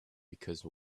because